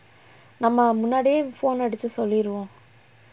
நம்ம முன்னாடியே:namma munnadiyae phone அடிச்சு சொல்லிருவோம்:adichu solliruvom